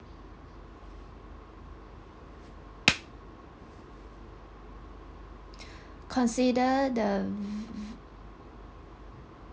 consider the v~ v~